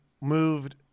moved